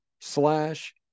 slash